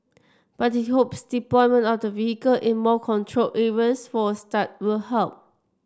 but he hopes deployment of the vehicle in more controlled areas for a start will help